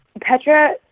Petra